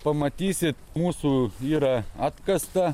pamatysit mūsų yra atkasta